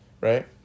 Right